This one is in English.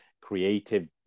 creative